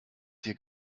dir